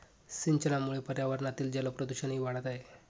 सिंचनामुळे पर्यावरणातील जलप्रदूषणही वाढत आहे